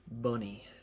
Bunny